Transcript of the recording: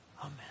Amen